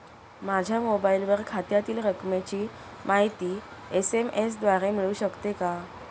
माझ्या मोबाईलवर खात्यातील रकमेची माहिती एस.एम.एस द्वारे मिळू शकते का?